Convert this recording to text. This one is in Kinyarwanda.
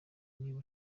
niba